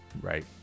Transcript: right